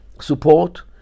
support